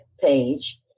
page